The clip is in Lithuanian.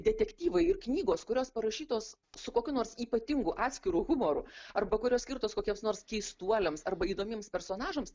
detektyvai ir knygos kurios parašytos su kokiu nors ypatingu atskiru humoru arba kurios skirtos kokiems nors keistuoliams arba įdomiems personažams